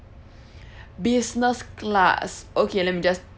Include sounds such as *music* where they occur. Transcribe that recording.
*breath* business class okay let me just